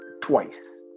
twice